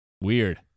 weird